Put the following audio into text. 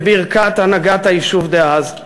בברכת הנהגת היישוב דאז,